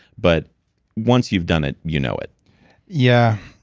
but once you've done it, you know it yeah.